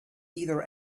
either